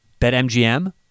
BetMGM